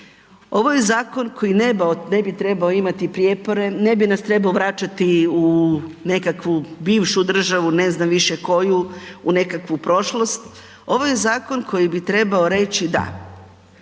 Ovo je zakon koji ne bi trebao imati prijepore, ne bi nas trebao vraćati u nekakvu bivšu državu ne znam više koju, u nekakvu prošlost. Ovo je zakon koji bi trebao reći da.